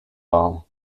all